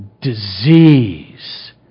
disease